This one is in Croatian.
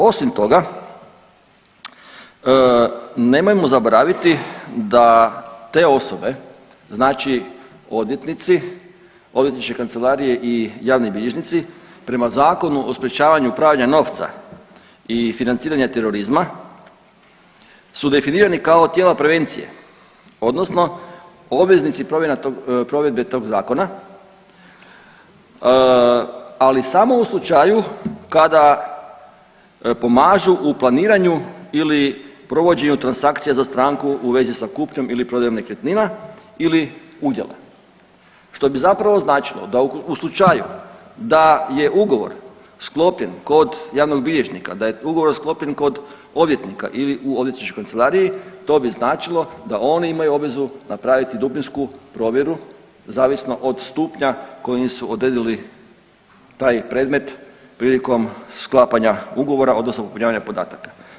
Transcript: Osim toga nemojmo zaboraviti da te osobe, znači odvjetnici, odvjetničke kancelarije i javni bilježnici prema Zakonu o sprječavanju pranja novca i financiranje terorizma su definirani kao tijela prevencije odnosno obveznici provedbe tog zakona, ali samo u slučaju kada pomažu u planiranju ili provođenju transakcija za stranku u vezi sa kupnjom ili prodajom nekretnina ili udjela, što bi zapravo značilo da u slučaju da je ugovor sklopljen kod javnog bilježnika, da je ugovor sklopljen kod odvjetnika ili u odvjetničkoj kancelariji to bi značilo da oni imaju obvezu napraviti dubinsku provjeru zavisno od stupnja kojim su odredili taj predmet prilikom sklapanja ugovora odnosno popunjavanja podataka.